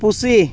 ᱯᱩᱥᱤ